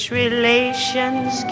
relations